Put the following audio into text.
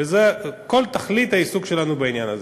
וזו כל תכלית העיסוק שלנו בעניין הזה.